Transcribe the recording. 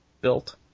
built